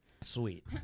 Sweet